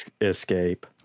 escape